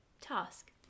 task